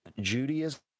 Judaism